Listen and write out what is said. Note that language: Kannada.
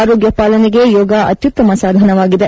ಆರೋಗ್ಯ ಪಾಲನೆಗೆ ಯೋಗ ಅತ್ಯುತ್ತಮ ಸಾಧನವಾಗಿದೆ